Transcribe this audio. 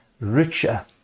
richer